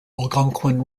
algonquin